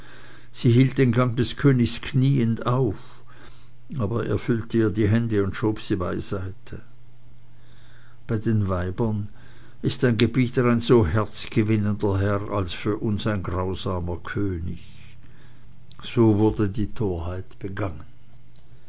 sie hielt den gang des königs knieend auf aber er füllte ihr die hände und schob sie beiseite bei den weibern ist dein gebieter ein so herzgewinnender herr als für uns ein grausamer könig und so wurde die torheit begangen